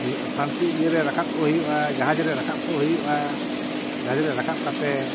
ᱯᱷᱟ ᱱᱥᱤ ᱤᱭᱟᱹᱨᱮ ᱨᱟᱠᱟᱵ ᱠᱚ ᱦᱩᱭᱩᱜᱼᱟ ᱡᱟᱦᱟᱡᱽ ᱨᱮ ᱨᱟᱠᱟᱵ ᱠᱚ ᱦᱩᱭᱩᱜᱼᱟ ᱡᱟᱦᱟᱡᱽ ᱨᱮ ᱨᱟᱠᱟᱵ ᱠᱟᱛᱮᱫ